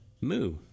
Moo